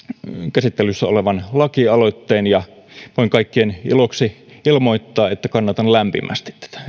käsittelyssä olevan lakialoitteen ja voin kaikkien iloksi ilmoittaa että kannatan lämpimästi tätä